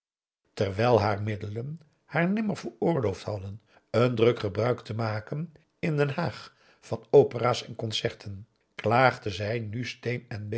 terwijl haar middelen haar nimmer veroorloofd hadden een druk gebruik te maken in den haag van opera's en concerten klaagde zij nu